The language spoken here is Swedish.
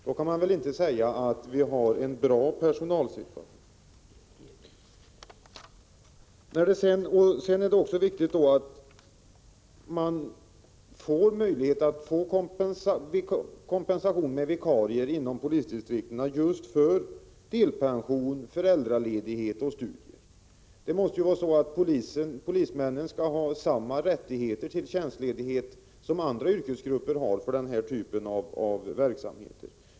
Då kan man inte säga att vi har en bra personalsituation. Sedan är det också viktigt att polisdistrikten får möjlighet till kompensation med vikarier just för delpension, föräldraledighet och studier. Polismännen måste ha samma rättigheter till tjänstledighet som andra yrkesgrupper har för den här typen av verksamhet.